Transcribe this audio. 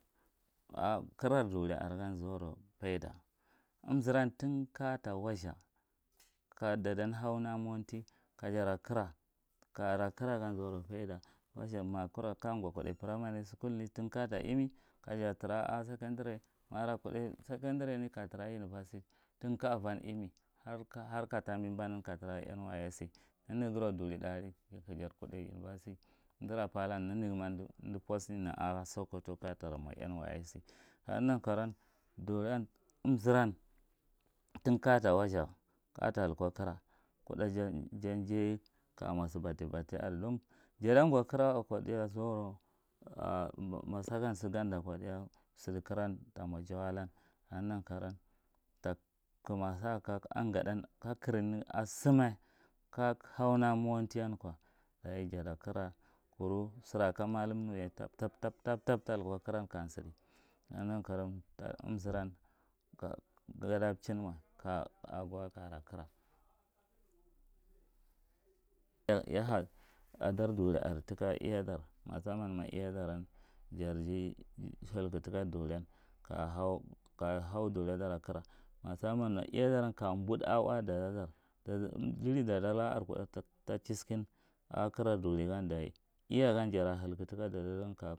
kira duli on gan zorou faida, umzuran thin kaja kawathza ka dadan hauna ko mowanti kajara kira. Ka gara kira gan zauro faida wazatha majara kira. Thinkaje taziyi kaja kudai primary school na kaja thdako sakan darai majara kuthdai secondarenen kaja thrako university thinka u van zmi harka tahbe banan kaja thrar nysc nenighirau duli tha adi takuday university umdira patha nenighi marou umdi posting a ko sokoto kaja taramra nyse kaneghi nankarowan duran umzuran thin kajata wazutha kaja talko kira udda jan jay kajamo sabatti batti aria dan rafan ngha kira wako diya zuro ma sakan saganda ko diya sidi kiran tamo jay alan kaneghi nan karauwan sake angadan kakirini ashuwa kagh hauna mawan thiyan ko kaji jata kira, kura sura sura ka malum nuya tabtab taliko khran kan sin, keneghi nan karauwan umzur an ka gada chimnuwa kara kira. Yaha a dar duri ar thinka iyadar, musamman ma iyadaran juri mbanliku thika duran kayahau kayahau duradon a kira musammanna iya doran ka ɓut, a u aka dada daran jiri dada laka a kutha ta chiskin aka kiran dirigan daji iyara hilku thikd durigan